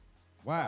Wow